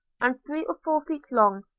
and three or four feet long,